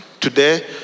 Today